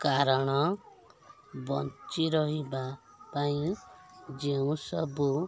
କାରଣ ବଞ୍ଚି ରହିବା ପାଇଁ ଯେଉଁ ସବୁ